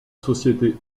société